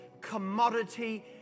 commodity